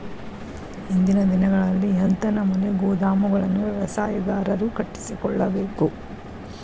ಇಂದಿನ ದಿನಗಳಲ್ಲಿ ಎಂಥ ನಮೂನೆ ಗೋದಾಮುಗಳನ್ನು ವ್ಯವಸಾಯಗಾರರು ಕಟ್ಟಿಸಿಕೊಳ್ಳಬೇಕು?